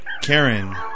Karen